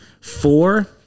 Four